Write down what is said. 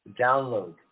download